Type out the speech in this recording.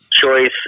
choice